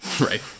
right